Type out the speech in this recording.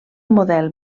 model